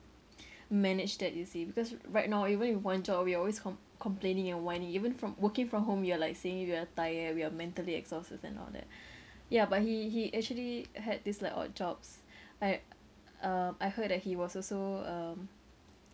manage that you see because right now even with one job we are always com~ complaining and whining even from working from home you are like saying you are tired we are mentally exhausted and all that ya but he he actually had these like odd jobs I uh I heard that he was also um